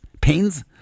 pains